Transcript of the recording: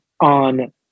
on